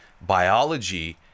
biology